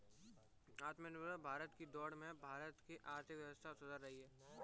आत्मनिर्भर भारत की दौड़ में भारत की आर्थिक व्यवस्था सुधर रही है